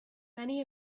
many